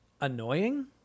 annoying